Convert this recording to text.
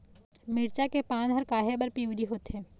मिरचा के पान हर काहे बर पिवरी होवथे?